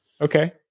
Okay